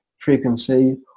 frequency